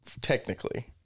technically